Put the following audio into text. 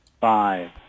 Five